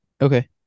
okay